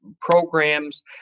programs